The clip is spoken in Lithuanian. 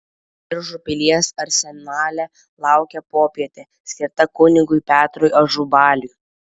biržų pilies arsenale laukė popietė skirta kunigui petrui ažubaliui